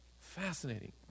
Fascinating